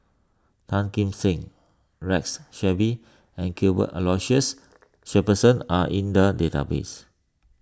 Tan Kim Seng Rex Shelley and Cuthbert Aloysius Shepherdson are in the database